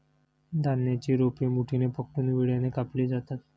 धान्याची रोपे मुठीने पकडून विळ्याने कापली जातात